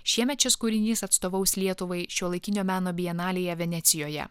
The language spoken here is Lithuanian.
šiemet šis kūrinys atstovaus lietuvai šiuolaikinio meno bienalėje venecijoje